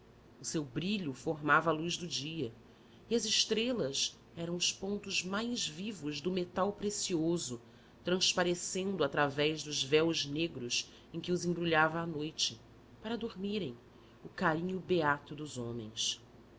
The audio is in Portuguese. o seu brilho formava a luz do dia e as estrelas eram os pontos mais vivos do metal precioso transparecendo através dos véus negros em que os embrulhava à noite para dormirem o carinho beato dos homens